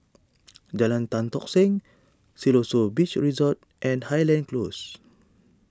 Jalan Tan Tock Seng Siloso Beach Resort and Highland Close